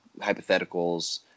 hypotheticals